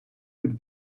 would